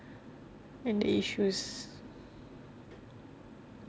in the issues